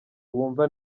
bumva